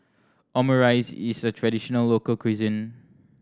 omurice is a traditional local cuisine